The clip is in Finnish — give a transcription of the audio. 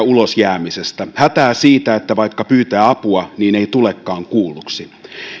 ulos jäämisestä hätää siitä että vaikka pyytää apua niin ei tulekaan kuulluksi